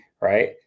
right